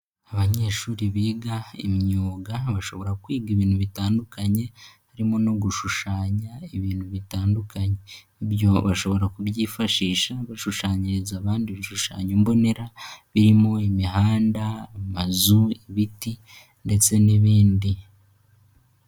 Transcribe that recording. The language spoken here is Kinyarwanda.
Abanyeshuri biga imyuga bashobora kwiga ibintu bitandukanye, harimo no gushushanya ibintu bitandukanye, ibyo bashobora kubyifashisha bashushanyiriza abandi ibishushanyo mbonera, birimo imihanda, amazu, ibiti ndetse n'ibindi.